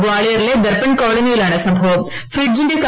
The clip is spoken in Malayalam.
ഗ്വാളിയറിലെ ദർപ്പൺ കോളനിയിലാണ് ഫ്രഡ്ജിന്റെ സംഭവം